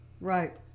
right